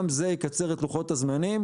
גם זה יקצר את לוחות הזמנים,